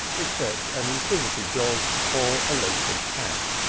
except an inquisitive dog or a local cat.